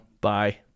Bye